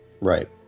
Right